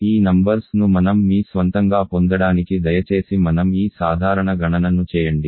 ఈ నంబర్స్ ను మనం మీ స్వంతంగా పొందడానికి దయచేసి మనం ఈ సాధారణ గణన ను చేయండి